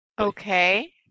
Okay